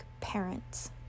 parents